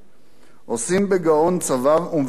עושים בגאון צבא ומילואים,